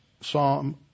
psalm